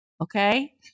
Okay